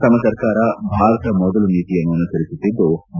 ತಮ್ನ ಸರ್ಕಾರ ಭಾರತ ಮೊದಲು ನೀತಿಯನ್ನು ಅನುಸರಿಸುತ್ತಿದ್ಲು